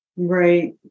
Right